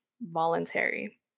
voluntary